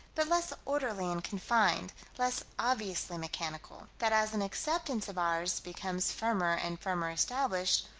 but less orderly and confined less obviously mechanical that as an acceptance of ours becomes firmer and firmer-established,